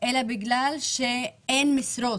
בגלל שאין משרות.